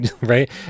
Right